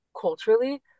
culturally